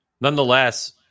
nonetheless